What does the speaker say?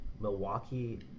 Milwaukee